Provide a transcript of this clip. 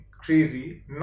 crazy